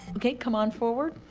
ok, come on forward.